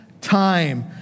time